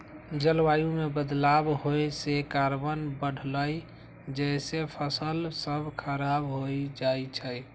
जलवायु में बदलाव होए से कार्बन बढ़लई जेसे फसल स खराब हो जाई छई